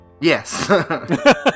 yes